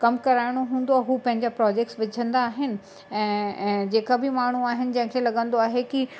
कमु कराइणो हूंदो आहे हू पंहिंजा प्रोजेक्ट्स विझंदा आहिनि ऐं ऐं जेका बि माण्हू आहिनि जंहिंखें लॻंदो आहे की